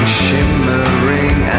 shimmering